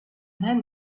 then